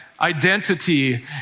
identity